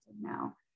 now